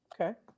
Okay